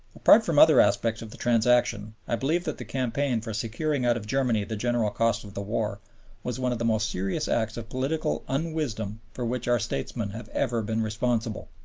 apart from other aspects of the transaction, i believe that the campaign for securing out of germany the general costs of of the war was one of the most serious acts of political unwisdom for which our statesmen have ever been responsible.